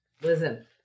Listen